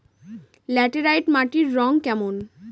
Laterite মাটির রং কেমন?